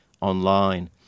online